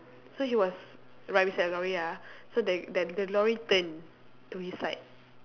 so he was right beside the lorry ah so that that the lorry turn to his side